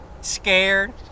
scared